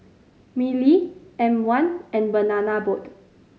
Mili M One and Banana Boat